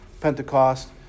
Pentecost